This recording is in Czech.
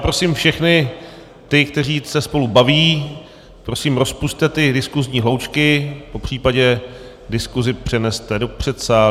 Prosím všechny ty, kteří se spolu baví, prosím, rozpusťte ty diskusní hloučky, popřípadě diskusi přeneste do předsálí.